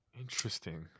interesting